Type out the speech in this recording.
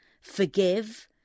forgive